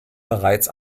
bereits